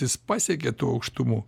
jis pasiekė tų aukštumų